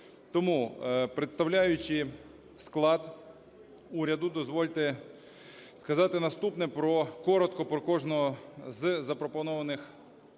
Тому, представляючи склад уряду, дозвольте сказати наступне коротко про кожного з запропонованих